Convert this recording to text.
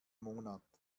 monat